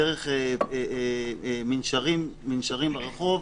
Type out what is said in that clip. דרך מנשרים ברחוב.